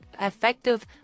effective